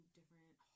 different